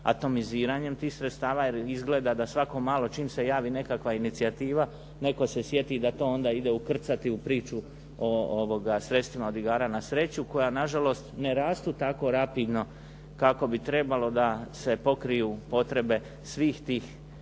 atomiziranjem tih sredstva jer izgleda da svako malo čim se javi nekakva inicijativa netko se sjeti da to onda ide u krcatu priču o sredstvima od igara na sreću koja nažalost ne rastu tako rapidno kako bi trebalo da se pokriju potrebe svih tih